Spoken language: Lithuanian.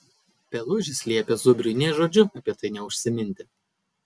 pelužis liepė zubriui nė žodžiu apie tai neužsiminti